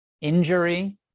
injury